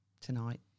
tonight